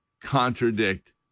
contradict